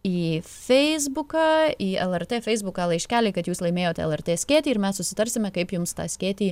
į feisbuką į lrt feisbuką laiškelį kad jūs laimėjote lrt skėtį ir mes susitarsime kaip jums tą skėtį